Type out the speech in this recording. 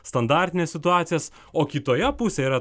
standartines situacijas o kitoje pusėje yra